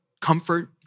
comfort